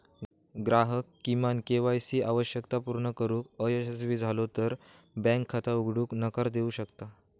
ग्राहक किमान KYC आवश्यकता पूर्ण करुक अयशस्वी झालो तर बँक खाता उघडूक नकार देऊ शकता